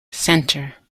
center